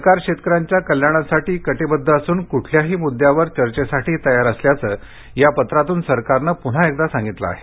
सरकार शेतकऱ्यांच्या कल्याणासाठी कटिबद्ध असून कुठल्याही मुद्द्यावर चर्चेसाठी तयार असल्याचं या पत्रातून सरकारनं पुन्हा एकदा सांगितलं आहे